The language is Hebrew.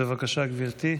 בבקשה, גברתי.